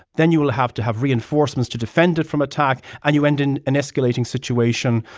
then you will have to have reinforcements to defend it from attack, and you end in an escalating situation,